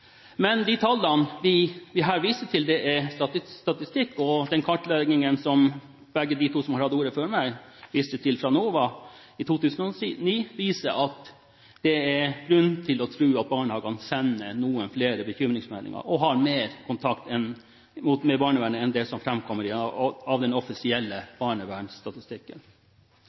Men de tallene vi her viser til, er statistikk. Den kartleggingen fra NOVA i 2009 som begge de to som har hatt ordet før meg, viste til, viser at det er grunn til å tro at barnehagene sender noen flere bekymringsmeldinger og har mer kontakt med barnevernet enn det som framkommer av den offisielle